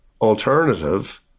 alternative